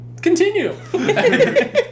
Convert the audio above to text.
Continue